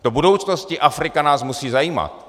Do budoucnosti Afrika nás musí zajímat.